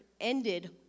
ended